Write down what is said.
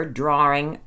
drawing